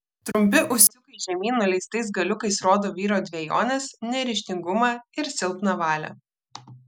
trumpi ūsiukai žemyn nuleistais galiukais rodo vyro dvejones neryžtingumą ir silpną valią